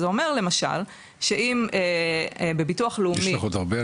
זה אומר למשל שאם בביטוח לאומי --- יש לך עוד הרבה?